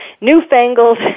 newfangled